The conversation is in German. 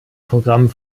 programm